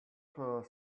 her